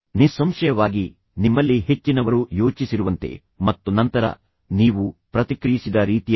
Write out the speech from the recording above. ನಿಸ್ಸಂಶಯವಾಗಿ ನಿಮ್ಮಲ್ಲಿ ಹೆಚ್ಚಿನವರು ಯೋಚಿಸಿರುವಂತೆ ಮತ್ತು ನಂತರ ನೀವು ಪ್ರತಿಕ್ರಿಯಿಸಿದ ರೀತಿಯಲ್ಲಿ